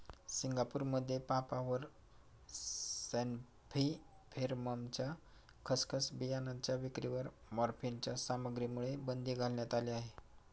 सिंगापूरमध्ये पापाव्हर सॉम्निफेरमच्या खसखस बियाणांच्या विक्रीवर मॉर्फिनच्या सामग्रीमुळे बंदी घालण्यात आली आहे